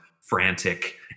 frantic